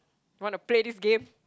want to play this game